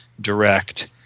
direct